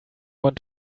want